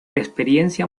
experiencia